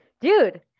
Dude